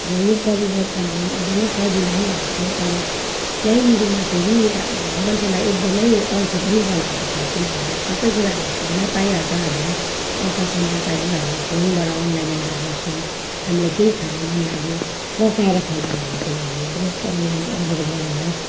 र यो परिवर्तनले एकदमै सजिलो भएको छ तर त्यहीँनेरिमा फेरि अब मान्छेलाई एकदमै अल्छे पनि बनाएको छ किनभने सबै कुरा हामी फोनमै पाइहाल्छ हामीलाई एउटा सामान चाहियो हामी फोनबाट अनलाइन अर्डर गर्छौँ हामीलाई केही खानु मन लाग्यो पकाएर खानु भन्दाखेरि हामी बेस्ट अनलाइन अर्डर गरेर